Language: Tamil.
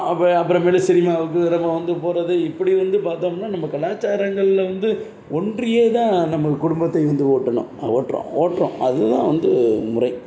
அப்புற அப்புறமேலு சினிமாவுக்கு இரவு வந்து போகிறது இப்படி வந்து பார்த்தோம்னா நம்ம கலாச்சாரங்கள்ல வந்து ஒன்றியே தான் நம்ம குடும்பத்தை வந்து ஓட்டணும் ஓட்டுறோம் ஓட்டுறோம் அது தான் வந்து முறை